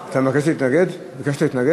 ביקשת להתנגד?